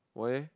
why eh